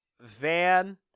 Van